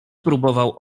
próbował